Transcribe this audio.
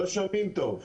לא שומעים טוב.